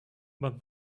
but